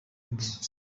imbere